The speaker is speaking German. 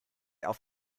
auf